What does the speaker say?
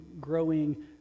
growing